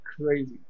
crazy